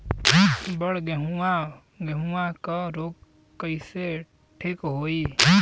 बड गेहूँवा गेहूँवा क रोग कईसे ठीक होई?